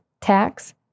tax